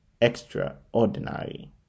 extraordinary